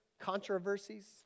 controversies